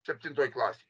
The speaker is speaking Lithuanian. septintoj klasėj